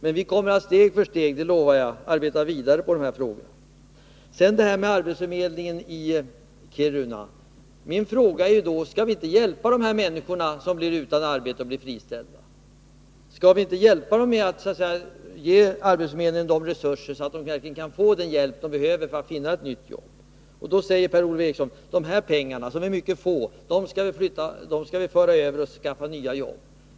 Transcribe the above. Jag lovar att vi steg för steg kommer att arbeta vidare med de här frågorna. När det gäller arbetsförmedlingen i Kiruna vill jag fråga: Skall vi inte hjälpa de människor som är arbetslösa eller blir friställda? Skall vi inte hjälpa dem genom att ge arbetsförmedlingen resurser, så att dessa människor kan finna ett nytt jobb. Då säger Per-Ola Eriksson att de här pengarna, som ju inte utgör några stora summor, skall vi föra över på arbetsmarknadsområdet och använda dem för att skaffa nya jobb.